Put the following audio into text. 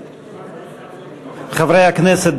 חברי הכנסת,